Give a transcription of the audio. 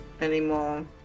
anymore